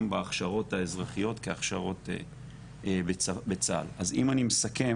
בהכשרות האזרחיות כהכשרות בצה"ל אז אם אני מסכם